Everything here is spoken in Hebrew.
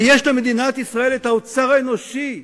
ויש למדינת ישראל האוצר האנושי,